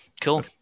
Cool